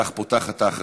כך פותחת ההכרזה,